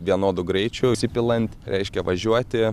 vienodu greičiu užsipilant reiškia važiuoti